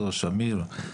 אותו שמיר,